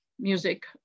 music